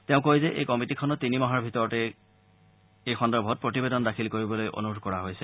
তেওঁ কয় যে এই কমিটিখনত তিনিমাহৰ ভিতৰতে এই সন্দৰ্ভত প্ৰতিবেদন দাখিল কৰিবলৈ অনুৰোধ কৰা হৈছে